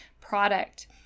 product